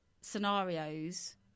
scenarios